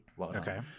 okay